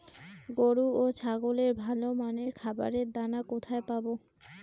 গরু ও ছাগলের ভালো মানের খাবারের দানা কোথায় পাবো?